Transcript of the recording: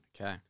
Okay